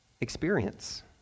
experience